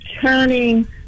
turning